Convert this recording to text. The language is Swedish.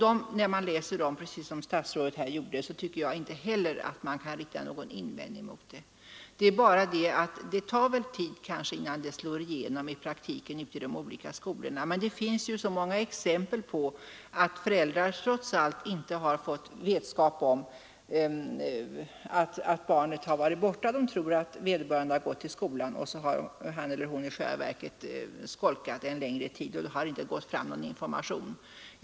När man tar del av dem på det sätt som statsrådet nu redovisade tycker inte heller jag att man kan rikta någon invändning mot dem. Det är bara så att det väl kommer att ta viss tid innan reglerna i praktiken slår igenom i de nya skolorna. Det finns ju många exempel på att föräldrar trots allt inte fått vetskap om att barnen varit borta från skolan. De tror att barnet gått i skolan medan han eller hon i själva verket har skolkat en längre tid. Informationen har alltså inte nått fram.